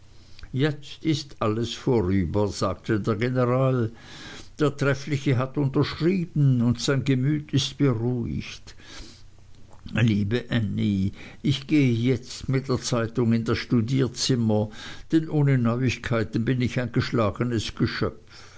jetzt ist alles vorüber sagte der general der treffliche hat unterschrieben und sein gemüt ist beruhigt liebe ännie ich gehe jetzt mit der zeitung in das studierzimmer denn ohne neuigkeiten bin ich ein geschlagenes geschöpf